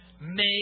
Make